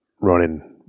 running